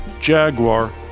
Jaguar